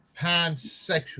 pansexual